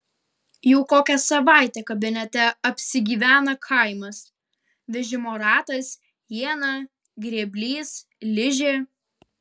jau kokią savaitę kabinete apsigyvena kaimas vežimo ratas iena grėblys ližė